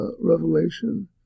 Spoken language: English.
revelation